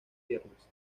piernas